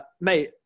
mate